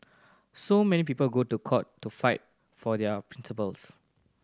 so many people go to court to fight for their principles